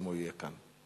אם הוא יהיה כאן.